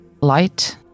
light